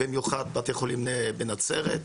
במיוחד בתי החולים בנצרת.